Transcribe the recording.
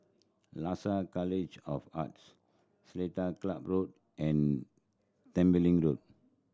Lasalle College of Arts Seletar Club Road and Tembeling Road